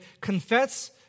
confess